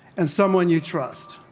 and someone you trust